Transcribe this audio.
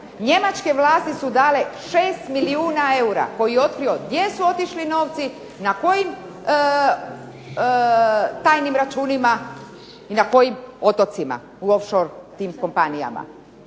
njemačke vlasti su dale 6 milijuna eura koji je otkrio gdje su otišli novci, na kojim tajnim računima i na kojim otocima, u off shore tim kompanijama.